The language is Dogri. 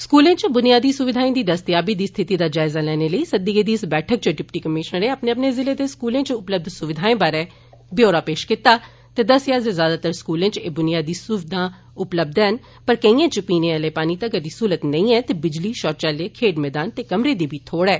स्कूलें च ब्नियादी सुविधाएं दी दस्तयाबी दी स्थिति दा जायजा लैने लेई सद्दी गेदी इस बैठका च डिप्टी कमीशनरें अपने अपने ज़िले दे स्कूलें च उपलब्ध सुविधाएं बारै ब्योरा पेश कीता ते दस्सेया जे ज्यादातर स्कूलें च एह बुनियादी सुविधां उपलब्ध ऐन पर केइयें च पीने आले पानी तगर दी सहूलत नेई ऐ ते बिजली शौचालय खेड्ड मैदान ते कमरें दी बी थोड़ ऐ